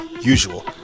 usual